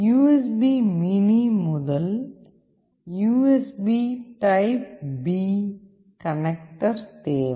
USB mini முதல் USB type B connector தேவை